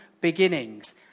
beginnings